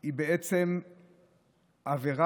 היא בעצם עבירה,